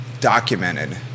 documented